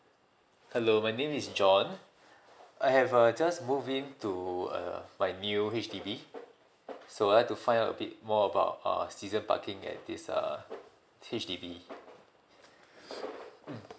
hello my name is john I have uh just move in to a my new H_D_B so I'd like to find out a bit more about uh season parking at this uh H_D_B